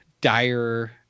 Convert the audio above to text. dire